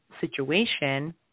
situation